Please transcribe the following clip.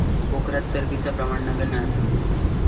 पोखरात चरबीचा प्रमाण नगण्य असा